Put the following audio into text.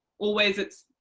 always it's,